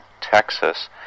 texas